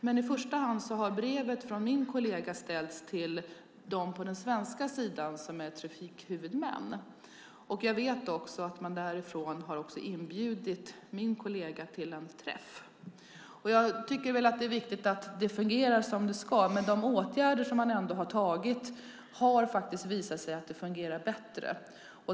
Men i första hand har brevet från min kollega ställts till dem på den svenska sidan som är trafikhuvudmän. Jag vet också att man därifrån har inbjudit min kollega till en träff. Jag tycker att det är viktigt att det fungerar som det ska, men med de åtgärder som har vidtagits har det visat sig att det fungerar bättre.